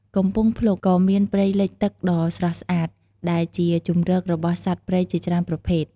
កំពង់ភ្លុក ក៏មានព្រៃលិចទឹកដ៏ស្រស់ស្អាត ដែលជាជម្រករបស់សត្វព្រៃជាច្រើនប្រភេទ ។